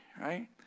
right